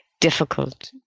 difficult